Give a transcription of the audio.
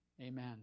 Amen